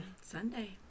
Sunday